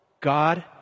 God